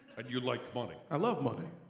and you like money? i love money.